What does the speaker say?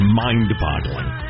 mind-boggling